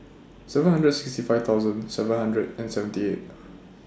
seven hundred sixty five thousand seven hundred and seventy eight